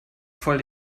voll